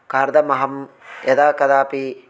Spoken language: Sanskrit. कार्थमहं यदा कदापि